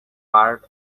part